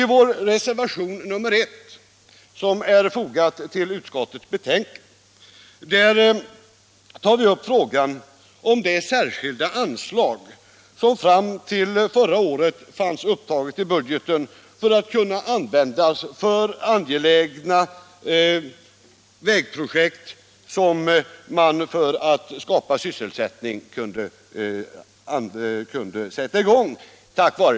I vår reservation nr 1, som är fogad till utskottets betänkande, tar vi upp frågan om det särskilda anslag som fram till förra året fanns upptaget i budgeten och som kunde användas för att sätta i gång angelägna vägprojekt.